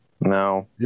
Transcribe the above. No